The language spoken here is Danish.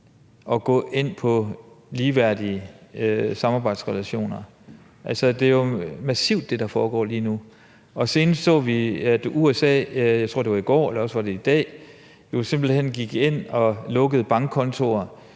at gå ind på ligeværdige samarbejdsrelationer. Altså, det er jo massivt, hvad der foregår lige nu. Og senest så vi, at USA, jeg tror, det var i går, eller også var det i dag, jo simpelt hen gik ind og lukkede bankkonti,